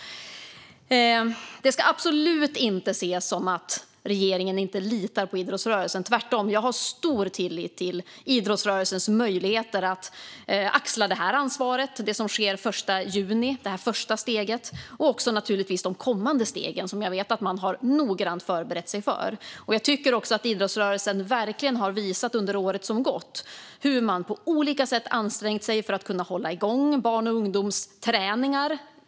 Det ska absolut inte ses som att regeringen inte litar på idrottsrörelsen; tvärtom har jag stor tillit till idrottsrörelsens möjligheter att axla ansvaret utifrån det som sker den 1 juni - det första steget - och naturligtvis också utifrån de kommande stegen, som jag vet att man har förberett sig för noggrant. Jag tycker också att idrottsrörelsen under året som gått verkligen har visat hur man på olika sätt har ansträngt sig för att kunna hålla igång barn och ungdomsträningar.